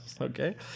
okay